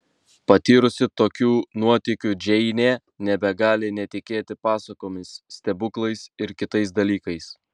patyrusi tokių nuotykių džeinė nebegali netikėti pasakomis stebuklais ir kitais dalykais